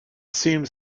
seemed